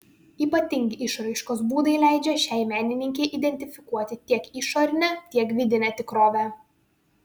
ypatingi išraiškos būdai leidžia šiai menininkei identifikuoti tiek išorinę tiek vidinę tikrovę